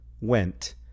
went